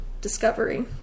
discovery